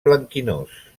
blanquinós